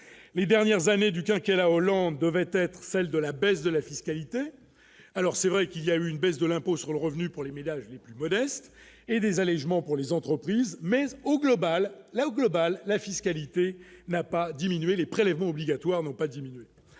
les dernières années du quinquennat Hollande devait être celle de la baisse de la fiscalité, alors c'est vrai qu'il y a eu une baisse de l'impôt sur le revenu pour les ménages les plus modestes et des allégements pour les entreprises, mais aucune balle là au global, la fiscalité n'a pas diminuer les prélèvements obligatoires n'ont pas diminué,